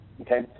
Okay